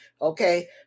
okay